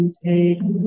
take